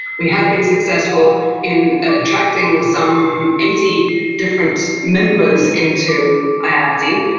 we have been successful in attracting some eighty different members into ah iati,